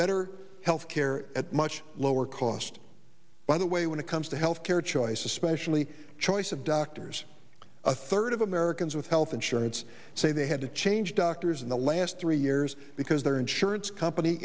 better health care at much lower cost by the way when it comes to health care choice especially choice of doctors a third of americans with health insurance say they had to change doctors in the last three years because their insurance company